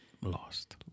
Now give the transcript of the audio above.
lost